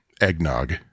eggnog